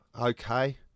okay